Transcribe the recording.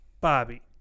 Bobby